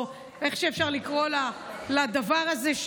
או איך שאפשר לקרוא לדבר הזה,